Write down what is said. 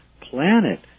planet